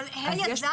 אבל כיתות ה' עד ז',